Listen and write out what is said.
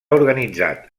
organitzat